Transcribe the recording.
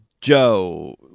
Joe